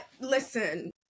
Listen